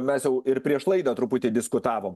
mes jau ir prieš laidą truputį diskutavom